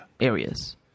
areas